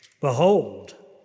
Behold